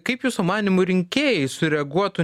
kaip jūsų manymu rinkėjai sureaguotų